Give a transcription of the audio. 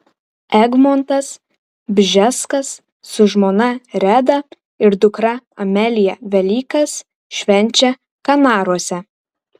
egmontas bžeskas su žmona reda ir dukra amelija velykas švenčia kanaruose